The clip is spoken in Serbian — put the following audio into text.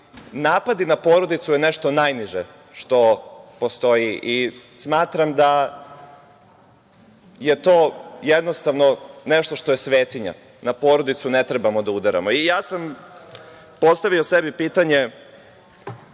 napadi na porodicu su nešto najniže što postoji. Smatram da je to jednostavno nešto što je svetinja. Na porodicu ne treba da udaramo. Postavio sam sebi pitanje